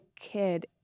kid